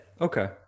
Okay